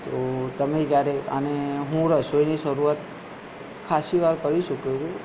તો તમે જ્યારે આને હું રસોઈની શરૂઆત ખાસ્સી વાર કરી ચૂક્યો છું